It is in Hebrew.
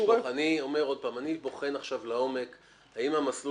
אני אומר עוד פעם אני בוחן לעומק אם המסלול